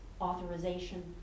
authorization